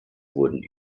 wurden